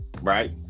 right